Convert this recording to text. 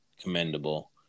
commendable